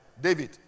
David